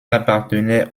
appartenait